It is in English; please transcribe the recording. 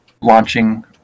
launching